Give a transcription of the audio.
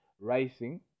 rising